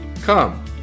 Come